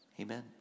amen